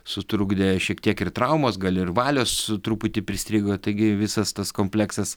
sutrukdė šiek tiek ir traumos gali ir valios truputį pristrigo taigi visas tas kompleksas